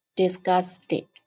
disgusted